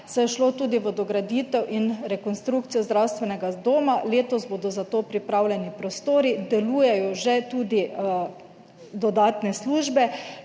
saj je šlo tudi v dograditev in rekonstrukcijo zdravstvenega doma. Letos bodo za to pripravljeni prostori, delujejo že tudi dodatne službe,